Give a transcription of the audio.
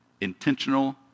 intentional